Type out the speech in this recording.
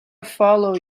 follow